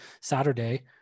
saturday